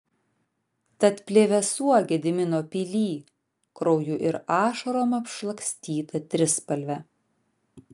tad plevėsuok gedimino pily krauju ir ašarom apšlakstyta trispalve